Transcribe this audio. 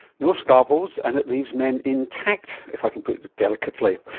no scalpels and it leaves men intact, if i can put it delicately.